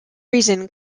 reason